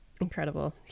Incredible